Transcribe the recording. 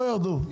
לא ירדו.